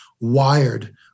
wired